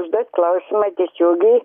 užduot klausimą tiesiogiai